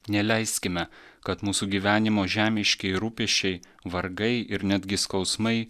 neleiskime kad mūsų gyvenimo žemiški rūpesčiai vargai ir netgi skausmai